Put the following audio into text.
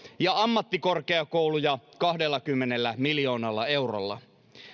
ja ammattikorkeakouluja kahdellakymmenellä miljoonalla eurolla